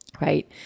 right